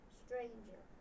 stranger